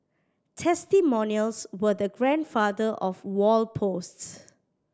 testimonials were the grandfather of wall posts